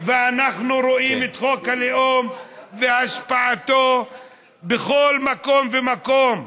ואנחנו רואים את חוק הלאום והשפעתו בכל מקום ומקום,